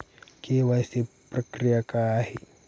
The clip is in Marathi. के.वाय.सी प्रक्रिया काय आहे?